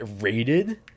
rated